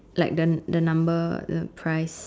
like the the number the price